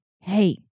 hey